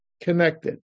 connected